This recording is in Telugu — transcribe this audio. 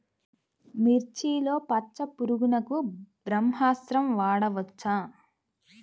మిర్చిలో పచ్చ పురుగునకు బ్రహ్మాస్త్రం వాడవచ్చా?